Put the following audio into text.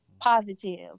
positive